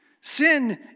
Sin